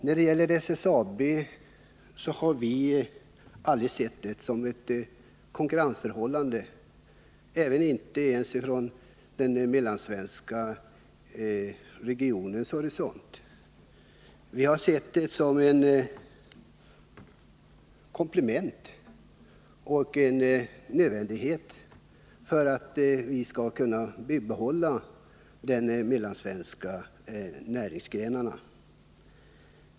När det gäller SSAB har vi aldrig sett det som att det skulle råda något konkurrensförhållande, inte ens från den mellansvenska regionens horisont. Vi har sett SSAB som ett komplement och en nödvändighet för att vi skall kunna bibehålla de mellansvenska näringsgrenarna.